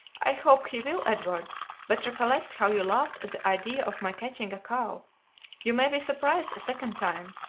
i hope he will, edward but recollect how you laughed at the idea of my catching a cow you may be surprised a second time.